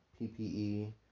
PPE